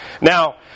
Now